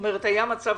היה מצב